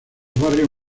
barrios